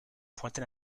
pointer